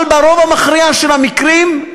אבל ברוב המכריע של המקרים,